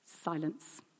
Silence